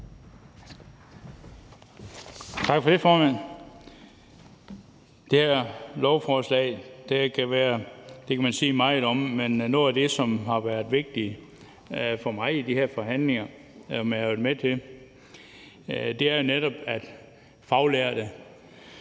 Det her lovforslag kan man sige meget om, men noget af det, som har været vigtigt for mig i de her forhandlinger, som jeg har været med til, er jo netop, at faglærte,